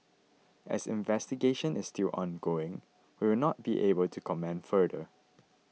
as investigation is still ongoing we will not be able to comment further